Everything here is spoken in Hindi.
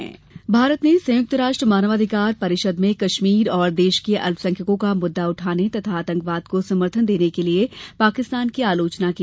भारत पाक यूएनएचआरसी भारत ने संयुक्त राष्ट्र मानवाधिकार परिषद में कश्मीर और देश के अल्पसंख्यकों का मुद्दा उठाने तथा आतंकवाद को समर्थन देने के लिए पाकिस्तान की आलोचना की